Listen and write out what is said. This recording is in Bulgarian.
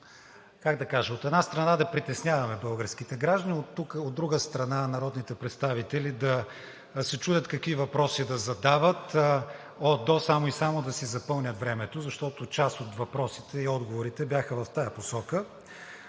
как да кажа, от една страна, да притесняваме българските граждани, от друга страна, народните представители да се чудят какви въпроси да задават от до само и само да си запълнят времето, защото част от въпросите и отговорите бяха в тази посока,